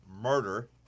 murder